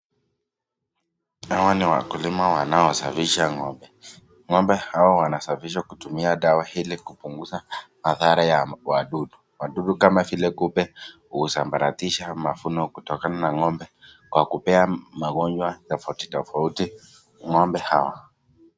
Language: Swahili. Hawa ni wakulima wanaosafisha ng'ombe, ngombe hao wanasafishwa kutumia dawa ili kupunguza madhara ya wadudu, wadudu kama vile kupe husambaratisha mavuno kutokana na magonjwa tofautitofauti ng'ombe hawa.